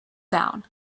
down